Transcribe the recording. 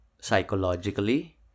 psychologically